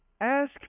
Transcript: Ask